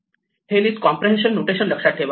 हे list comprehension notation लक्षात ठेवा